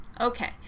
okay